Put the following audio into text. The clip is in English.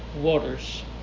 waters